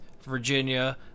Virginia